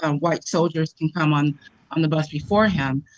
and white soldiers could come on on the bus before him.